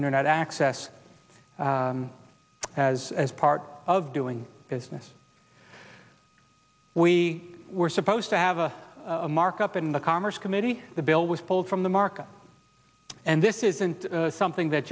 internet access as as part of doing business we were supposed to have a markup in the commerce committee the bill was pulled from the market and this isn't something that